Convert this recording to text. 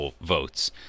votes